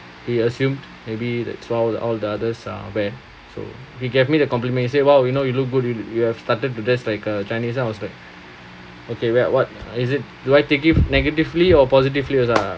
he assumed maybe that throughout the all the others uh where to he gave me the compliment he said !wow! you look good you know you have started to dress like a chinese lah I was like okay whe~ what is it do I take it negatively or positively uh